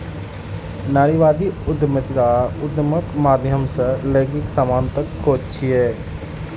नारीवादी उद्यमिता उद्यमक माध्यम सं लैंगिक समानताक खोज छियै